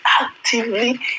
actively